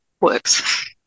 works